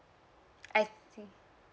I see